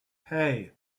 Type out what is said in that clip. hey